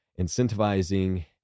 incentivizing